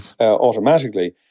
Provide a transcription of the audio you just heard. automatically